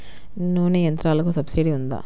నూనె యంత్రాలకు సబ్సిడీ ఉందా?